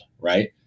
right